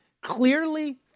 clearly